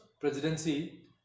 presidency